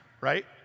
right